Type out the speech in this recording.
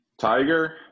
tiger